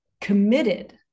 committed